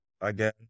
again